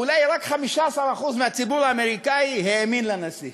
אולי רק 15% מהציבור האמריקני האמין לנשיא